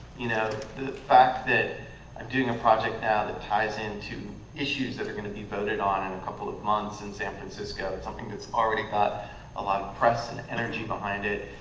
you know the fact that i'm doing a project now that ties into issues that are going to be voted on in a couple of months in san francisco, it's something that's already got a lot of press and energy behind it,